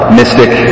mystic